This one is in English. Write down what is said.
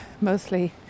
mostly